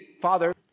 Father